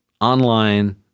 online